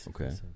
okay